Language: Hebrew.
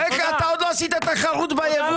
איך אתה עוד לא עשית תחרות בייבוא